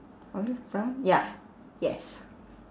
olive brown ya yes